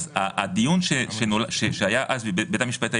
לפי הדיון שהיה בבית המשפט העליון,